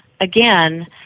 again